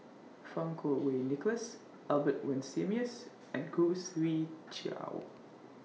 Fang Kuo Wei Nicholas Albert Winsemius and Khoo Swee Chiow